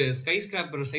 skyscraper